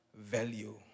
value